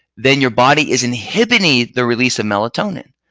then your body is inhibiting the release of melatonin.